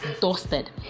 dusted